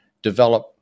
Develop